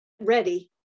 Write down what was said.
ready